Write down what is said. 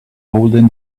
holding